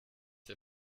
der